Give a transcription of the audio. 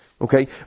Okay